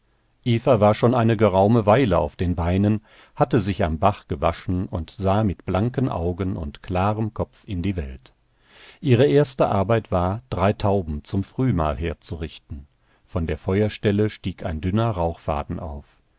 war schon eine geraume weile auf den beinen hatte sich am bach gewaschen und sah mit blanken augen und klarem kopf in die welt ihre erste arbeit war drei tauben zum frühmahl herzurichten von der feuerstelle stieg ein dünner rauchfaden auf